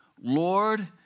Lord